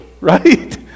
Right